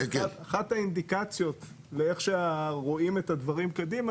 ואחת האינדיקציות לאיך שרואים את הדברים קדימה,